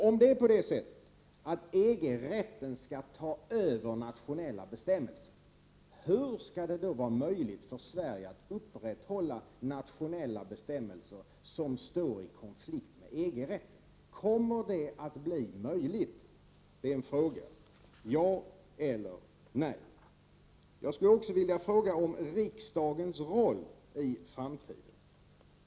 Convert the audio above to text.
Om det är så att EG-rätten skall ta över nationella bestämmelser, hur skall det då vara möjligt för Sverige att upprätthålla nationella bestämmelser som står i konflikt med EG-rätten? Kommer detta att bli möjligt? Det är en fråga till statsrådet. Ja eller nej? Jag skulle också vilja fråga statsrådet om riksdagens roll i framtiden.